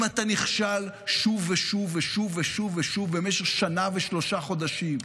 אם אתה נכשל שוב ושוב ושוב ושוב ושוב במשך שנה ושלושה חודשים,